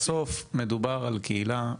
בסוף מדובר בקהילה,